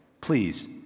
Please